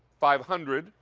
five hundred.